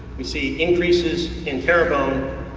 we see increases in terrebone, um